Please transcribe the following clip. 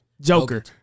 Joker